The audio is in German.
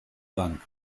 bank